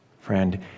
friend